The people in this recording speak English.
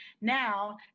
Now